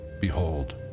Behold